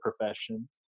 profession